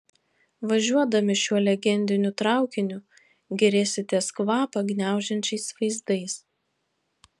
važiuodami šiuo legendiniu traukiniu gėrėsitės kvapą gniaužiančiais vaizdais